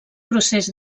procés